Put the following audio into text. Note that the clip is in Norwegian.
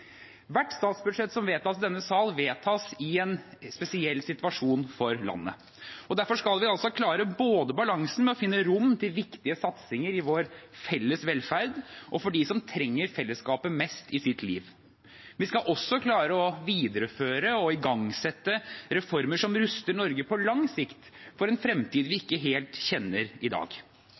Hvert statsbudsjett som vedtas i denne sal, vedtas i en spesiell situasjon for landet. Derfor skal vi klare å balansere med hensyn til å finne rom for viktige satsinger i vår felles velferd, og for dem som trenger fellesskapet mest i sitt liv. Vi skal også klare å videreføre og igangsette reformer som ruster Norge på lang sikt for en fremtid vi ikke helt kjenner i dag,